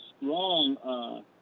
strong